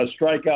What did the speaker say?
strikeout